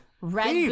Red